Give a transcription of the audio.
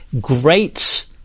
great